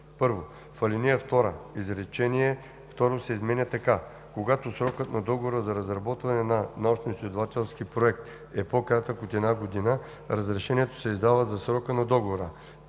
1. В ал. 2 изречение второ се изменя така: „Когато срокът на договора за разработване на научноизследователски проект е по-кратък от една година, разрешението се издава за срока на договора.“